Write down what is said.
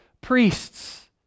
priests